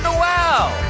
wow!